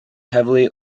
heavily